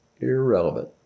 irrelevant